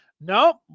nope